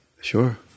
Sure